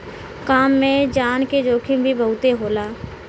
काम में जान के जोखिम भी बहुते होला